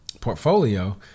portfolio